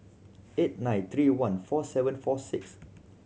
eight nine three one four seven four six